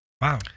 Wow